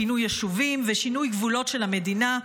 פינוי יישובים ושינוי גבולות של המדינה,